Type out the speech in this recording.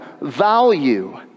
value